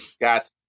Got